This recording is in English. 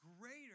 greater